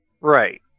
Right